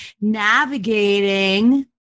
navigating